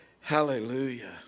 Hallelujah